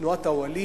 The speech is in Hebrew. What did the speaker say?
תנועת האוהלים,